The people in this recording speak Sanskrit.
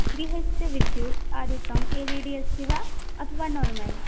गृहस्य विद्युत् आदिकम् एल् इ डि अस्ति वा अथवा नार्मल्